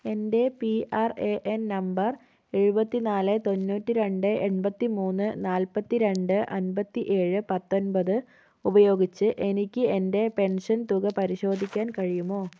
എൻ്റെ P R A N number എഴുപത്തിനാല് തൊണ്ണൂറ്റി രണ്ട് എൺപത്തിമൂന്ന് നാൽപത്തി രണ്ട് അൻപത്തി ഏഴ് പത്തൊൻപത് ഉപയോഗിച്ച് എനിക്ക് എൻ്റെ പെൻഷൻ തുക പരിശോധിക്കാൻ കഴിയുമോ